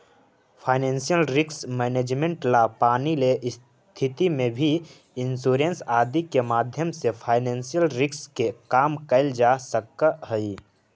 financial risk management ला पानी ले स्थिति में भी इंश्योरेंस आदि के माध्यम से फाइनेंशियल रिस्क के कम कैल जा सकऽ हई